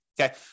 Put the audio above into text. okay